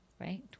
right